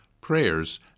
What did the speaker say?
prayers